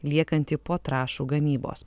liekanti po trąšų gamybos